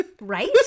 Right